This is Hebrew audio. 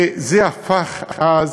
וזה הפך עם